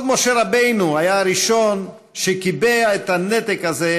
משה רבנו היה הראשון שקיבע את הנתק הזה,